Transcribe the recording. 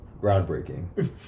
Groundbreaking